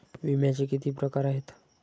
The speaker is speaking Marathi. विम्याचे किती प्रकार आहेत?